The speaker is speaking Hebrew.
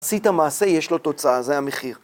עשית המעשה יש לו תוצאה, זה המחיר.